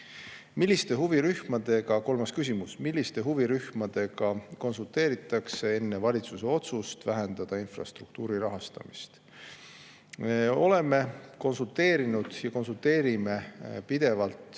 milliste huvirühmadega konsulteeritakse enne valitsuse otsust vähendada infrastruktuuri rahastamist? Oleme konsulteerinud ja konsulteerime pidevalt